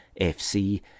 FC